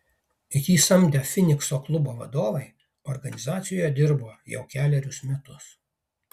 jį samdę finikso klubo vadovai organizacijoje dirbo jau kelerius metus